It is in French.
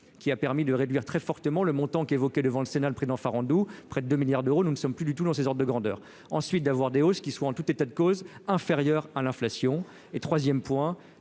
qui a permis de réduire très fortement le montant qu'évoqué devant le Sénat, le président Farandou près de 2 milliards d'euros, nous ne sommes plus du tout dans cette sorte de grandeur ensuite d'avoir des hausses qui soit, en tout état de cause, inférieure à l'inflation et 3ème point